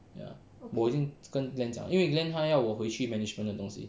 ya 我已经跟 glen 讲了因为 glen 他要我回去 management 的东西